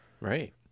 right